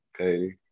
okay